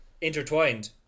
intertwined